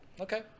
Okay